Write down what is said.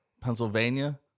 Pennsylvania